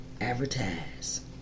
Advertise